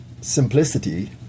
simplicity